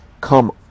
come